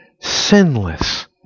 sinless